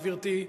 גברתי,